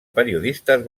periodistes